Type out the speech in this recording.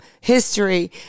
history